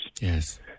Yes